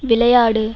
விளையாடு